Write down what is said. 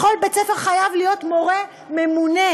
בכל בית-ספר חייב להיות מורה ממונה,